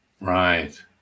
Right